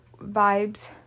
vibes